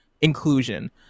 inclusion